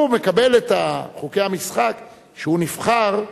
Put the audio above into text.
הוא מקבל את חוקי המשחק כשהוא נבחר.